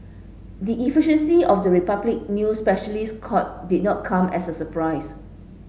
the efficiency of the Republic new specialist court did not come as a surprise